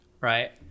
Right